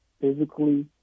physically